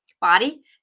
Body